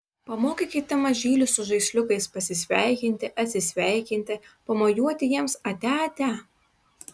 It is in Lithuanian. pamokykite mažylį su žaisliukais pasisveikinti atsisveikinti pamojuoti jiems atia atia